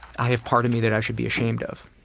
i have part of me that i should be ashamed of.